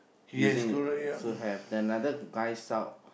using a so have another guy shout